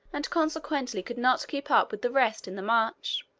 and consequently could not keep up with the rest in the march.